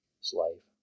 Slave